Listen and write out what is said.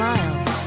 Miles